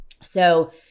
So-